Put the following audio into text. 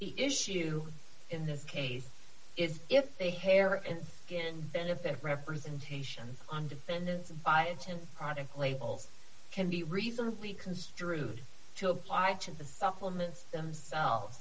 the issue in this case is if the hair and skin benefit representations on defendants by intent product labels can be reasonably construed to apply to the supplements themselves